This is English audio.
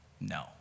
No